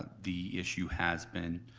the issue has been